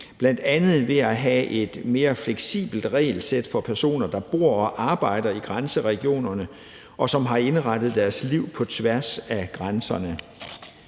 bl.a. ved at have et mere fleksibelt regelsæt for personer, der bor og arbejder i grænseregionerne, og som har indrettet deres liv på tværs af grænserne.